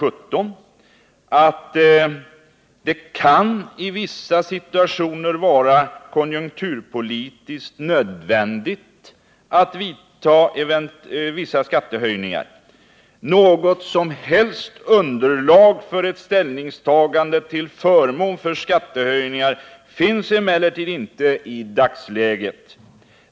17, att det i vissa situationer kan vara konjunkturpolitiskt nödvändigt att vidta vissa skattehöjningar: ”Något som helst underlag för ett ställningstagande till förmån för skattehöjningar finns emellertid inte i dagsläget.